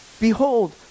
Behold